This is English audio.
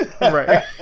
right